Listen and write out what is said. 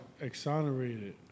exonerated